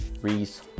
Reese